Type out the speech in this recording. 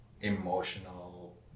emotional